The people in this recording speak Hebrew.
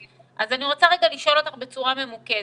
אז אני רוצה רגע לשאול אותך בצורה ממוקדת.